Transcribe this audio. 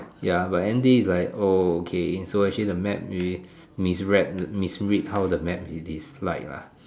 ya but anything is like oh okay so actually the map misread misread how the map is like lah